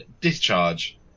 discharge